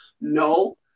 No